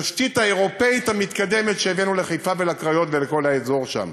לתשתית האירופית המתקדמת שהבאנו לחיפה ולקריות ולכל האזור שם.